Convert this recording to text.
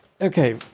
Okay